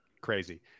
crazy